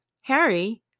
Harry